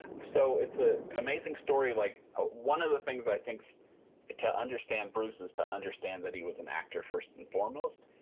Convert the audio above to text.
so it's ah an amazing story. like ah one of the things that i think to understand bruce is to understand that he was an actor first and foremost.